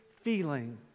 feeling